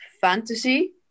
fantasy